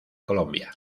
colombia